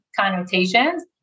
connotations